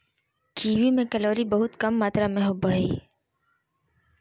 kiwi में calorie बहुत कम मात्र में होबो हइ